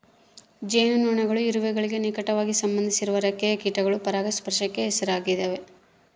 ಜೇನುನೊಣಗಳು ಇರುವೆಗಳಿಗೆ ನಿಕಟವಾಗಿ ಸಂಬಂಧಿಸಿರುವ ರೆಕ್ಕೆಯ ಕೀಟಗಳು ಪರಾಗಸ್ಪರ್ಶಕ್ಕೆ ಹೆಸರಾಗ್ಯಾವ